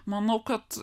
manau kad